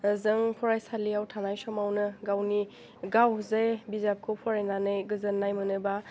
जों फरायसालियाव थानाय समावनो गावनि गावजे बिजाबखौ फरायनानै गोजोन्नाय मोनोबा